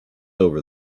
over